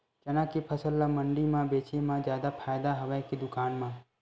चना के फसल ल मंडी म बेचे म जादा फ़ायदा हवय के दुकान म?